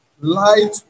light